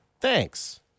Thanks